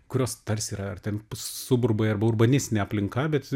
kurios tarsi yra ar ten suburbai arba urbanistinė aplinka bet